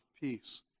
peace